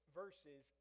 verses